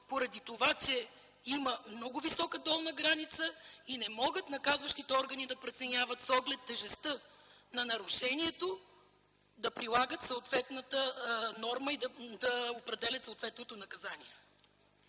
поради това че има много висока долна граница и не могат наказващите органи да преценяват с оглед тежестта на нарушението, да прилагат съответната норма и да определят съответното наказание.